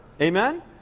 Amen